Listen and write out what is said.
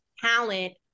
talent